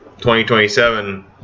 2027